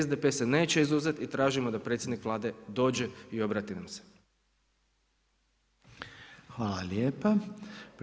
SDP se neće izuzeti i tražimo da predsjednik Vlade dođe i obrati nam se.